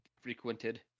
frequented